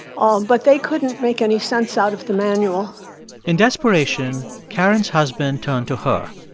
um but they couldn't make any sense out of the manual in desperation, karen's husband turned to her.